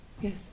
yes